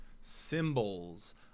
symbols